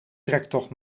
trektocht